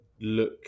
look